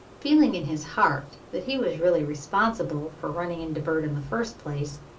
feeling in his heart that he was really responsible for running into bert in the first place,